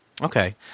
Okay